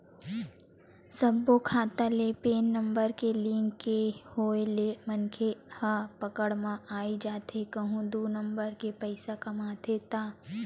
सब्बो खाता ले पेन नंबर के लिंक के होय ले मनखे ह पकड़ म आई जाथे कहूं दू नंबर के पइसा कमाथे ता